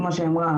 כמו שהיא אמרה,